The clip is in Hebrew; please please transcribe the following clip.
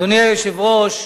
אדוני היושב-ראש,